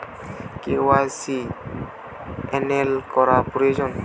KYC cancel করা প্রয়োজন?